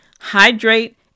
Hydrate